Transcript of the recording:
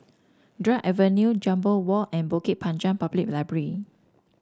Drake Avenue Jambol Walk and Bukit Panjang Public Library